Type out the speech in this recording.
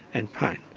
and pain.